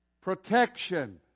protection